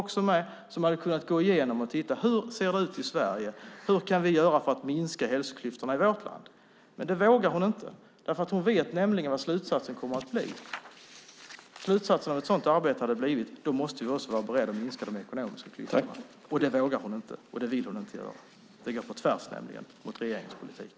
En sådan kommission hade kunnat gå igenom och titta på hur det ser ut i Sverige och hur vi skulle kunna göra för att minska hälsoklyftorna i vårt land. Men det vågar hon inte, för hon vet nämligen vad slutsatsen kommer att bli. Slutsatsen av ett sådant arbete hade blivit att man måste vara beredd att minska de ekonomiska klyftorna. Det varken vågar eller vill hon göra. Det går nämligen på tvärs emot regeringens politik.